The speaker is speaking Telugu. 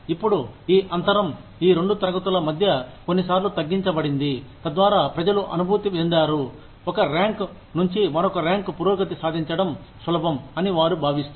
ఇప్పుడు ఈ అంతరం ఈ రెండు తరగతుల మధ్య కొన్నిసార్లు తగ్గించబడింది తద్వారా ప్రజలు అనుభూతి చెందారు ఒక ర్యాంక్ నుంచి మరొక ర్యాంక్ పురోగతి సాధించడం సులభం అని వారు భావిస్తారు